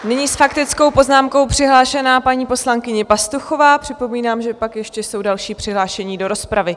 Nyní s faktickou poznámkou je přihlášena paní poslankyně Pastuchová, připomínám, že pak jsou ještě další přihlášeni do rozpravy.